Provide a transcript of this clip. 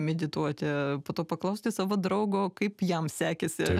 medituoti po to paklausti savo draugo kaip jam sekėsi